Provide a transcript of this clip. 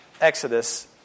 Exodus